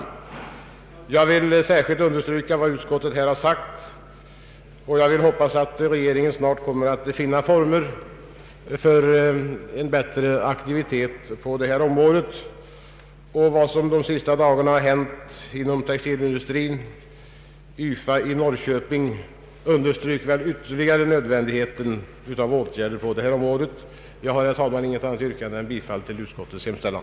Jag vill, som sagt, särskilt understryka detta, och jag hoppas att regeringen snart kommer att finna former för en bättre aktivitet på det här området. Vad som under de senaste dagarna har hänt inom textilindustrin — YFA i Norrköping — poängterar väl ytterligare nödvändigheten av åtgärder på det här området. Herr talman! Jag har inget annat yrkande än om bifall till utskottets hemställan.